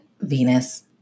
Venus